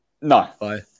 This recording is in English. No